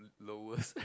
lowest